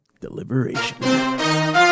deliberation